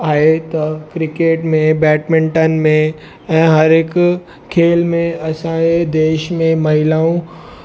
आहे त क्रिकेट में बैडमिंटन में ऐं हर हिकु खेल में असांजे देश में महिलाऊं